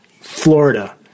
Florida